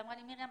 שאמרה לי 'מרים,